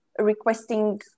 requesting